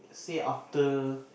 say after